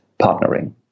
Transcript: partnering